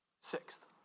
Sixth